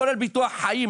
כולל ביטוח חיים,